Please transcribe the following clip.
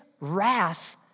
wrath